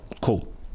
Cool